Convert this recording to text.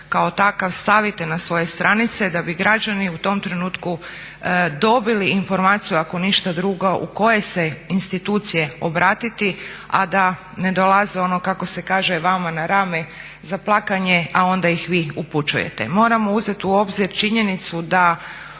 kao takav stavite na svoje stranice da bi građani u tom trenutku dobili informaciju ako ništa drugo u koje se institucije obratiti a da ne dolaze ono kako se kaže vama na rame za plakanje, a onda ih vi upućujete. Moramo uzeti u obzir činjenicu da